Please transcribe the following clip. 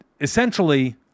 essentially